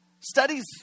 studies